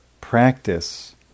practice